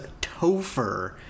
Topher